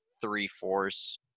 three-fourths